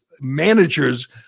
managers